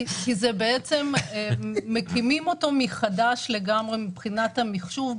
כי בעצם מקימים אותו מחדש לגמרי מבחינת המחשוב.